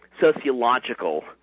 sociological